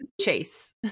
Chase